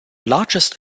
largest